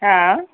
हा